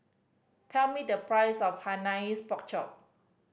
tell me the price of Hainanese Pork Chop